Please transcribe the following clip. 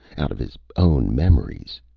out of his own memories.